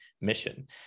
mission